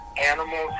animals